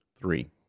three